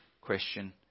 question